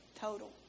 total